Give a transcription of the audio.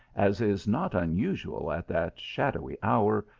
as is not unusual at that shadowy hour,